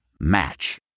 Match